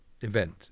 event